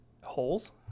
holes